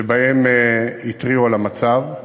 ובהם התריעו על המצב.